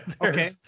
Okay